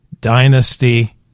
dynasty